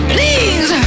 Please